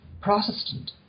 Protestant